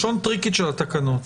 לשון טריקית של התקנות.